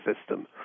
system